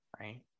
right